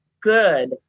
good